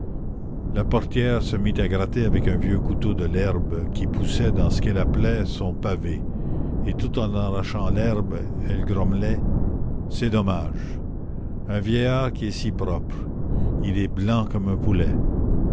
la portière se mit à gratter avec un vieux couteau de l'herbe qui poussait dans ce qu'elle appelait son pavé et tout en arrachant l'herbe elle grommelait c'est dommage un vieillard qui est si propre il est blanc comme un poulet